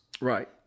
right